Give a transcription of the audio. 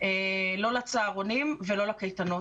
לא לצהרונים ולא לקייטנות.